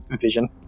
vision